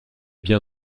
bien